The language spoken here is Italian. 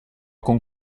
con